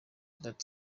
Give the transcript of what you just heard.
that